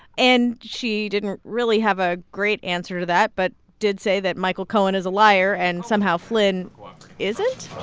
and she didn't really have a great answer to that, but did say that michael cohen is a liar and, somehow, flynn isn't